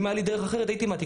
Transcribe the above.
אם היה לי דרך אחרת, הייתי מעתיק.